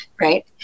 right